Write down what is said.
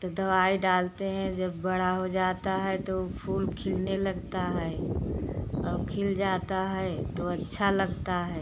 तो दवाई डालते हैं जब बड़ा हो जाता है तो वो फूल खिलने लगता है और खिल जाता है तो अच्छा लगता है